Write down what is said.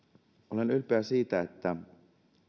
olen ylpeä siitä että